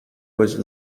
was